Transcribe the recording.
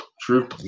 true